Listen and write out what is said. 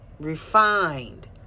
Refined